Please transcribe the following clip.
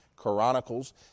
Chronicles